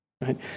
right